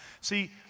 See